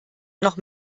noch